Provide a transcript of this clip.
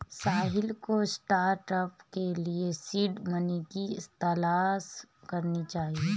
साहिल को स्टार्टअप के लिए सीड मनी की तलाश करनी चाहिए